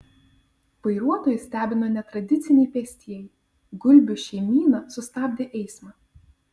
vairuotojus stebino netradiciniai pėstieji gulbių šeimyna sustabdė eismą